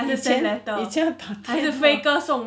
以前以前很